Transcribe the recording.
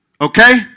Okay